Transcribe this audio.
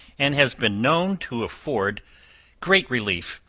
and has been known to afford great relief,